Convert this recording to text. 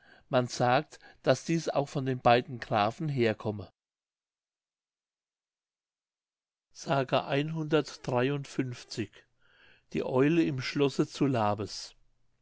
man sagt daß dies auch von den beiden grafen herkomme mündlich die eule im schlosse zu labes